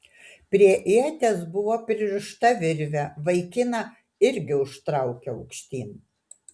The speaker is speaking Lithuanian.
prie ieties buvo pririšta virvė vaikiną irgi užtraukė aukštyn